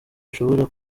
ushobora